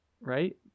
right